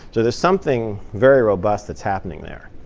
so there's something very robust that's happening there.